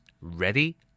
Ready